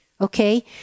Okay